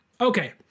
Okay